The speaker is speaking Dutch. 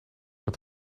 het